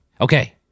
Okay